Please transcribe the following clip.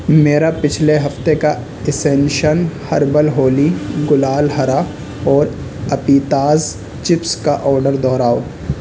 میرا پچھلے ہفتے کا اسینشن ہربل ہولی گلال ہرا اور اپیتاز چپس کا آرڈر دوہراؤ